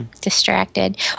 distracted